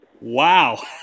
wow